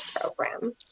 program